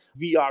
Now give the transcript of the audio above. VR